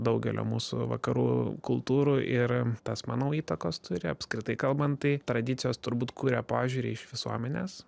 daugelio mūsų vakarų kultūrų ir tas manau įtakos turi apskritai kalbant tai tradicijos turbūt kuria požiūrį iš visuomenės